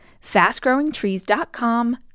FastGrowingTrees.com